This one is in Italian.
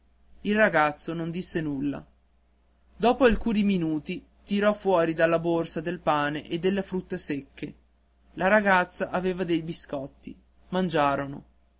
il ragazzo non disse nulla dopo alcuni minuti tirò fuori dalla borsa del pane e delle frutte secche la ragazza aveva dei biscotti mangiarono